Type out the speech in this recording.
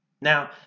now